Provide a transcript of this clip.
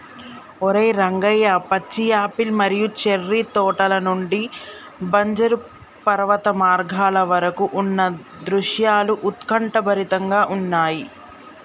ఓరై రంగయ్య పచ్చి యాపిల్ మరియు చేర్రి తోటల నుండి బంజరు పర్వత మార్గాల వరకు ఉన్న దృశ్యాలు ఉత్కంఠభరితంగా ఉన్నయి